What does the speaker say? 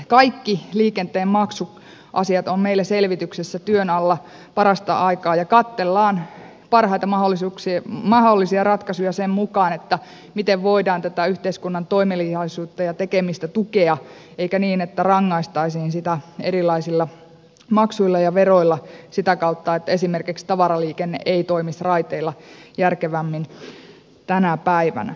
kaikki liikenteen maksuasiat ovat meillä selvityksessä työn alla parastaikaa ja katsellaan parhaita mahdollisia ratkaisuja sen mukaan miten voidaan tätä yhteiskunnan toimeliaisuutta ja tekemistä tukea eikä niin että rangaistaisiin erilaisilla maksuilla ja veroilla sitä kautta että esimerkiksi tavaraliikenne ei toimisi raiteilla järkevämmin tänä päivänä